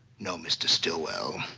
no, mr. stillwell.